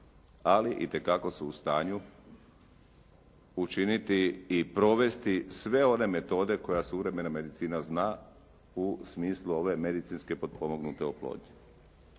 ali itekako su u stanju učiniti i provesti sve one metode koje suvremena medicina zna u smislu ove medicinske potpomognute oplodnje.